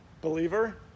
believer